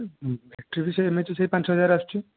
battery ସେଇ M H ସେଇ ପାଞ୍ଚହଜାର ଆସୁଛି